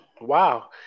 Wow